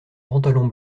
pantalon